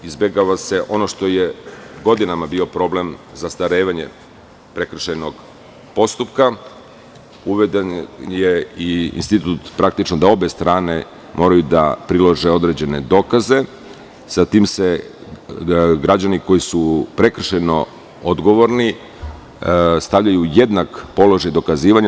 Izbegava se ono što je godinama bio problem zastarevanja prekršajnog postupka, uveden je i institut, praktično da obe strane moraju da prilože određene dokaze, sa tim se građani koji su prekršajno odgovorni stavljaju u jednak položaj dokazivanja.